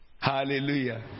Hallelujah